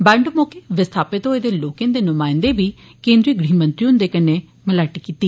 बंड मौके विस्थापित होए दे लोकें दे नुमाइंदें बी गृह मंत्री हुंदे कन्नै मलाटी कीती